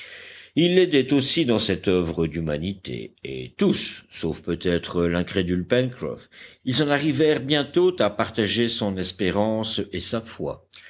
smith ils l'aidaient aussi dans cette oeuvre d'humanité et tous sauf peut-être l'incrédule pencroff ils en arrivèrent bientôt à partager son espérance et sa foi